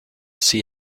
see